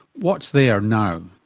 what's there now?